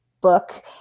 Book